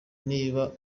niba